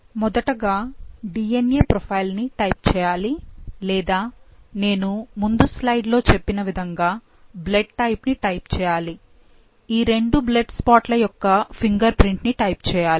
మొదటగా DNA profile ని type చేయాలి లేదా నేను ముందు స్లయిడ్ లోచెప్పిన విధంగా బ్లడ్ టైప్ ని టైప్ చేయాలి ఈ రెండు బ్లడ్ స్పాట్ లయొక్క ఫింగర్ ప్రింట్ ని టైప్ చేయాలి